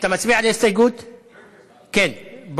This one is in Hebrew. מצביע על ההסתייגות, ברושי?